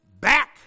back